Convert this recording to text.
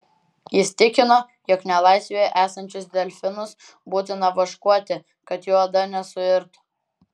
jis tikino jog nelaisvėje esančius delfinus būtina vaškuoti kad jų oda nesuirtų